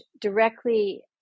directly